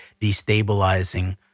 destabilizing